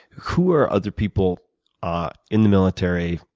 who are other people ah in the military,